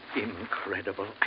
Incredible